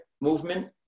movement